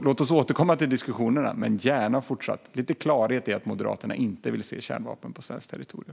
Låt oss återkomma till de diskussionerna! Men jag vill fortfarande gärna ha lite klarhet om att Moderaterna inte vill se kärnvapen på svenskt territorium.